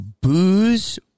booze